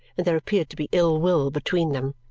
and there appeared to be ill will between them.